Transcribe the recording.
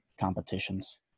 competitions